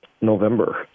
November